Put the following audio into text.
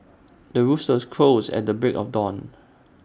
the rooster crows at the break of dawn